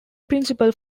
principal